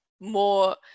more